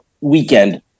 weekend